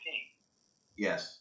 Yes